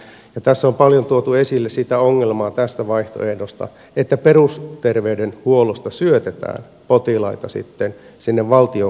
tässä on paljon tuotu esille sitä ongelmaa tästä vaihtoehdosta että perusterveydenhuollosta syötetään potilaita sitten sinne valtion kustantamaan erikoissairaanhoitoon